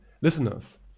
listeners